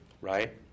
right